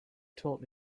taught